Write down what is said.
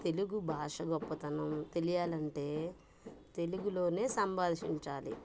తెలుగు భాష గొప్పతనం తెలియాలంటే తెలుగులోనే సంభాషించాలి